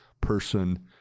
person